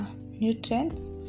nutrients